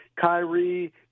Kyrie